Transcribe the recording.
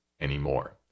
anymore